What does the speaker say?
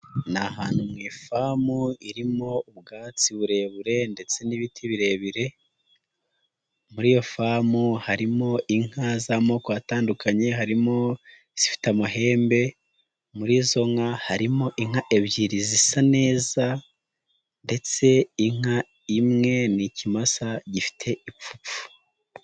Ni ahantu mu ifamu irimo ubwatsi burebure ndetse n'ibiti birebire, muri iyo famu harimo inka z'amoko atandukanye harimo izifite amahembe, muri izo nka harimo inka ebyiri zisa neza ndetse inka imwe n'ikimasa gifite ipfupfu.